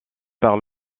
par